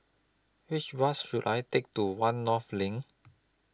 Which Bus should I Take to one North LINK